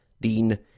Dean